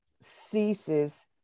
ceases